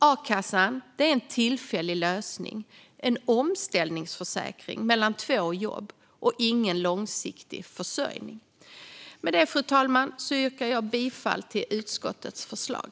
A-kassan är en tillfällig lösning, en omställningsförsäkring mellan två jobb, och ingen långsiktig försörjning. Fru talman! Med detta yrkar jag bifall till utskottets förslag.